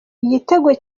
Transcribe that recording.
igitego